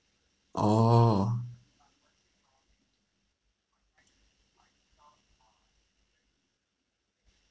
oh